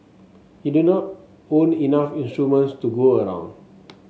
he did not own enough instruments to go around